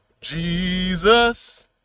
Jesus